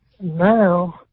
now